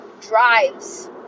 drives